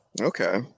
Okay